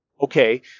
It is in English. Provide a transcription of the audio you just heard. Okay